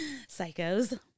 psychos